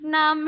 Now